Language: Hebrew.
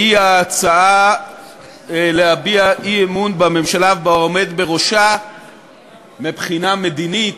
והיא ההצעה להביע אי-אמון בממשלה ובעומד בראשה מבחינה מדינית,